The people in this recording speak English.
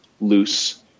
loose